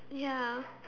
ya